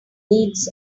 needs